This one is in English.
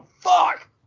fuck